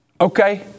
okay